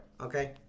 okay